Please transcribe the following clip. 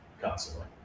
constantly